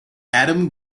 adam